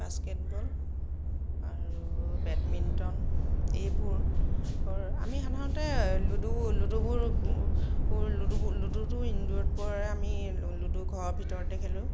basketball আৰু badminton এইবোৰ আমি সাধাৰণতে লুডু লুডুবোৰ লুডু লুডুটো ইনড'ৰত পৰে আমি লুডু ঘৰৰ ভিতৰতে খেলোঁ